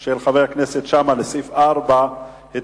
של חבר הכנסת שאמה לסעיף 4 התקבלה.